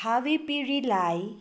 भावी पिँढीलाई